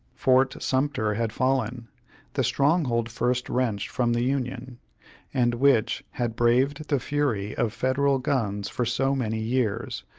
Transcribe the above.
fort sumter had fallen the stronghold first wrenched from the union and which had braved the fury of federal guns for so many years,